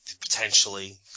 potentially